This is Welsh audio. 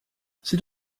sut